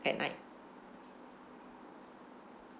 at night